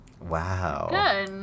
Wow